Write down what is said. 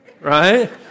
right